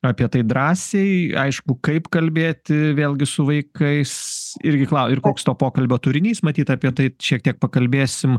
apie tai drąsiai aišku kaip kalbėti vėlgi su vaikais irgi klau ir koks to pokalbio turinys matyt apie tai šiek tiek pakalbėsim